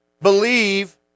believe